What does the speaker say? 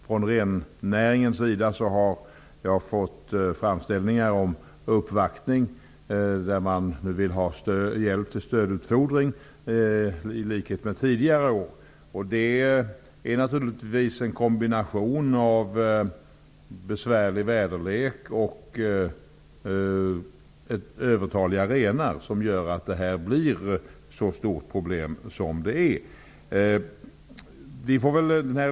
Från rennäringens sida har jag fått framställningar och uppvaktningar om hjälp till stödutfodring, i likhet med tidigare år. Det är en kombination av besvärlig väderlek och övertaliga renar som gör att det blir ett så stort problem.